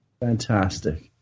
Fantastic